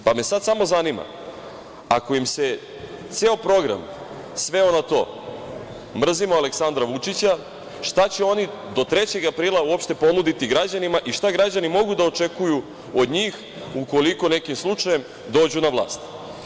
Sada me samo zanima, ako im se ceo program sveo na to mrzimo Aleksandra Vučića, šta će oni do 3. aprila ponuditi građanima i šta građani mogu da očekuju od njih ukoliko nekim slučajem dođu na vlast?